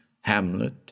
hamlet